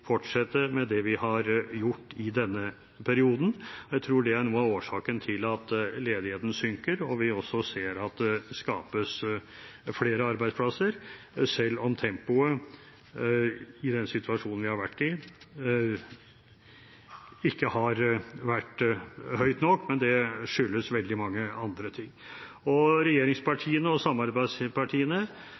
fortsette med det vi har gjort i denne perioden. Jeg tror det er noe av årsaken til at ledigheten synker, og at vi også ser at det skapes flere arbeidsplasser, selv om tempoet, i den situasjonen vi har vært i, ikke har vært høyt nok – men det skyldes veldig mange andre ting. Regjeringspartiene og samarbeidspartiene